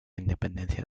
independencia